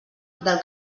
del